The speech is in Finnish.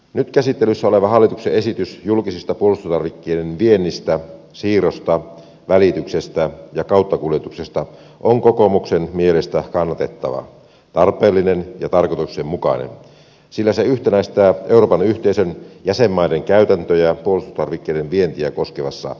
nyt käsittelyssä oleva hallituksen esitys julkisesta puolustustarvikkeiden viennistä siirrosta välityksestä ja kauttakuljetuksesta on kokoomuksen mielestä kannatettava tarpeellinen ja tarkoituksenmukainen sillä se yhtenäistää euroopan yhteisön jäsenmaiden käytäntöjä puolustustarvikkeiden vientiä koskevassa lupaharkinnassa